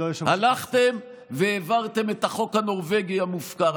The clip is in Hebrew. הלכתם והעברתם את החוק הנורבגי המופקר.